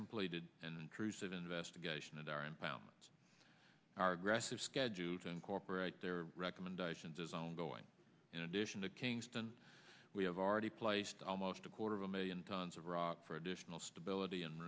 completed an intrusive investigation and our impound our aggressive schedule to incorporate their recommendations is ongoing in addition to kingston we have already placed almost a quarter of a million tons of rock for additional stability